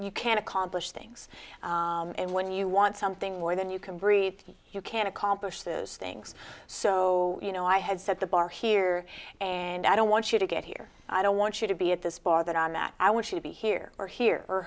you can accomplish things and when you want something more than you can breathe you can accomplish those things so you know i had set the bar here and i don't want you to get here i don't want you to be at this bar that on that i want you to be here or here or